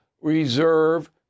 reserve